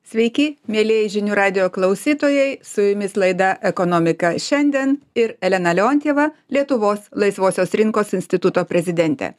sveiki mielieji žinių radijo klausytojai su jumis laida ekonomika šiandien ir elena leontjeva lietuvos laisvosios rinkos instituto prezidentė